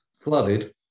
flooded